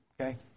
Okay